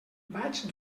vaig